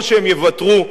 או שהם יוותרו,